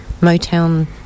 Motown